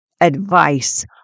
advice